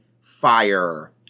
fire